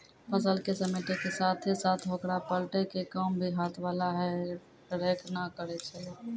फसल क समेटै के साथॅ साथॅ होकरा पलटै के काम भी हाथ वाला हे रेक न करै छेलै